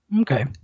Okay